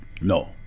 No